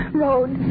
road